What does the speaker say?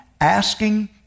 asking